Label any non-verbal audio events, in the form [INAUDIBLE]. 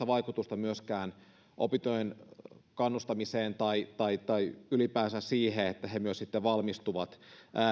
[UNINTELLIGIBLE] vaikutusta myöskään opintojen kannustamiseen tai tai ylipäänsä siihen että he myös valmistuvat